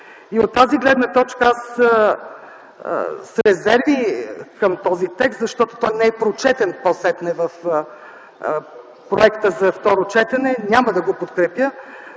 И от тази гледна точка аз с резерви съм към този текст, защото той не е прочетен по-сетне в проекта за второ четене. Няма да го подкрепя,